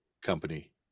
company